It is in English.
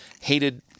hated